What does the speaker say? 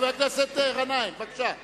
חבר הכנסת גנאים, בבקשה.